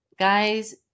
Guys